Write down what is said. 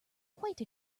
quite